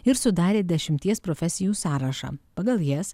ir sudarė dešimties profesijų sąrašą pagal jas